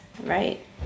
right